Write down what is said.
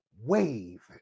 wave